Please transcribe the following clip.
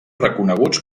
reconeguts